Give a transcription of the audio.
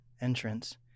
entrance